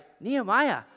Nehemiah